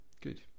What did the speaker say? Good